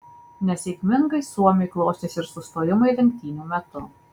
nesėkmingai suomiui klostėsi ir sustojimai lenktynių metu